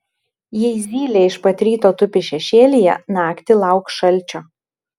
jei zylė iš pat ryto tupi šešėlyje naktį lauk šalčio